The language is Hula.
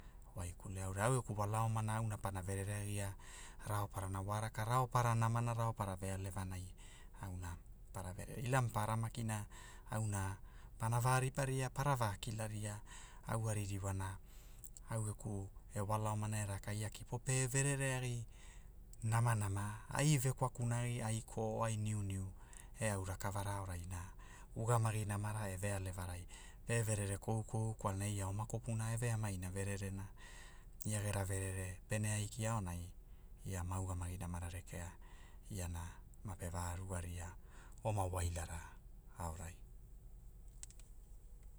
Waikule aurai au geku wala omana auna pana verere agia, raoparana wa raka raoparana namana raopara vealevanai, auna, para- ve ila maparara makina, auna, pana va ripa ria para ba kilaria, au a ririwana, au geku wala omana e raka ia kipo pe verere agi, namanama ai vekwakunagi ai ko ai niuniu e au rakavara aorai na ugamagi namara e vealeva rai, pe verere koukou kwalna ia oma kopuna eveamaina verere na, ia gera verere, pene aiki aonai, ia ma ugamagi namara rekea, iana mape va rugaria, oma wailara aorai